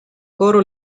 coro